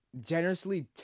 generously